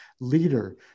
leader